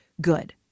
good